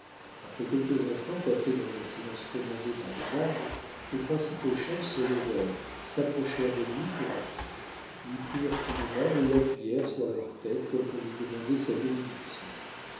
après quelques instants passés dans un silence commandé par l'usage les principaux chefs se levèrent s'approchèrent de lui tour à tour lui prirent une main et l'appuyèrent sur leur tête comme pour lui demander sa bénédiction